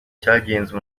cyagenze